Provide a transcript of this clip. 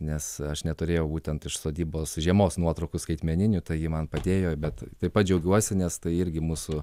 nes aš neturėjau būtent iš sodybos žiemos nuotraukų skaitmeninių tai ji man padėjo bet taip pat džiaugiuosi nes tai irgi mūsų